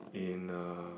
in uh